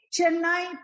Chennai